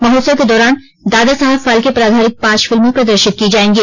महोत्सव के दौरान दादा साहेब फाल्के पर आधारित पांच फिल्में प्रदर्शित की जाएंगी